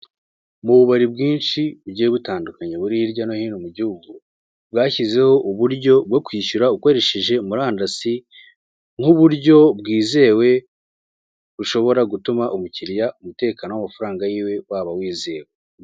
Mu bubari byinshi bugiye butandukanye buri hirya no hino mu gihugu bashyizeho uburyo bwo kwishyura ukoresheje murandasi n'uburyo bwizewe bushobora gutuma umukiriya umutekano w'amafaranga yiwe waba wizewe.